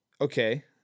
Okay